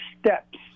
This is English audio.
steps